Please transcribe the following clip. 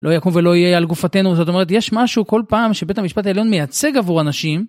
לא יקום ולא יהיה, על גופתנו. זאת אומרת יש משהו כל פעם שבית המשפט העליון מייצג עבור אנשים